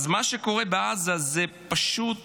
מה שקורה בעזה, היא פשוט